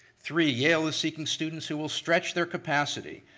three, yale is seeking students who will stretch their capacity.